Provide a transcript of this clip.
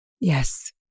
Yes